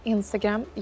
Instagram